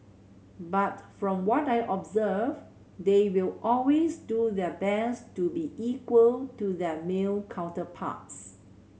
but from what I observed they will always do their best to be equal to their male counterparts